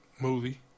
movie